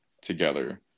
together